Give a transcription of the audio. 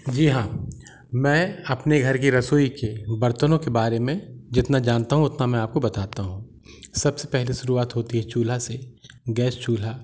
जी हाँ मैं अपने घर की रसोई की बर्तनों के बारे मे जितना जनता हूँ उतना मैं आपको बताता हूँ सबसे पहले शुरुआत होती है चूल्हा से गैस चूल्हा